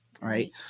Right